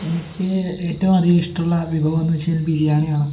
എനിക്ക് ഏറ്റവും അധികം ഇഷ്ട്ടുള്ള വിഭവമെന്ന് വെച്ചാൽ ബിരിയാണിയാണ്